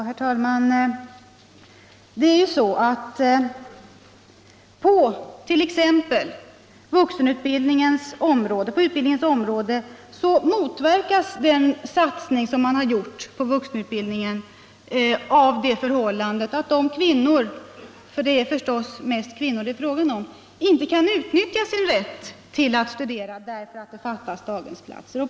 Herr talman! Den satsning som har gjorts på vuxenutbildningen motverkas av det förhållandet att kvinnorna — det är förstås mest fråga om kvinnor — inte kan utnvitja sin rätt att studera. eftersom det fattas dag hemsplatser.